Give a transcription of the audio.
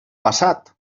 passat